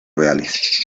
reales